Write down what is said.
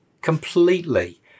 Completely